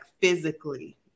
physically